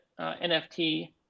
NFT